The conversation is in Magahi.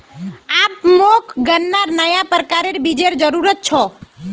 अब मोक गन्नार नया प्रकारेर बीजेर जरूरत छ